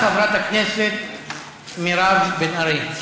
תפתח חברת הכנסת מירב בן ארי.